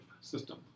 system